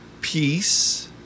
peace